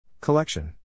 Collection